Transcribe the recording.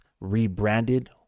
rebranded